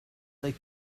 they